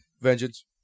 vengeance